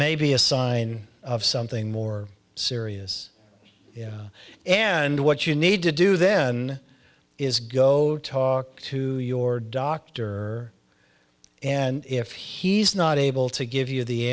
may be a sign of something more serious and what you need to do then is go talk to your doctor and if he's not able to give you the